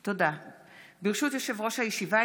ברשות יושב-ראש הישיבה,